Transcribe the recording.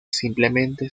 simplemente